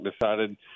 decided